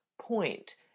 point